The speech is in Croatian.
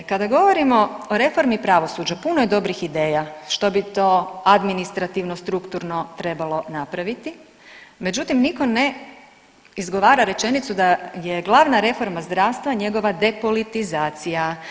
Kada govorimo o reformi pravosuđa puno je dobrih ideja što bit to administrativno strukturno trebalo napraviti, međutim nitko ne izgovara rečenicu da je glavna reforma zdravstva njegova depolitizacija.